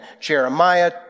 Jeremiah